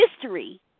history